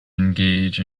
engage